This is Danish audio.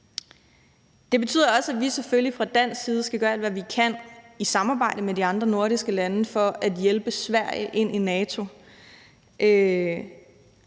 Det betyder også, at vi selvfølgelig fra dansk side skal gøre alt, hvad vi kan, i samarbejde med de andre nordiske lande for at hjælpe Sverige ind i NATO.